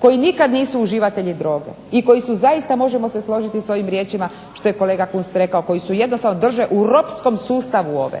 koji nikad nisu uživatelji droge i koji su zaista, možemo se složiti s ovim riječima što je kolega Kunst rekao, koji jednostavno drže u ropskom sustavu ove.